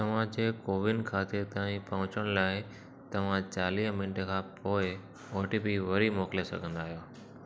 तव्हांजे कोविन खाते ताईं पहुंचण लाइ तव्हां चालीहन मिंटनि खां पोइ ओ टी पी वरी मोकिले सघंदा आहियो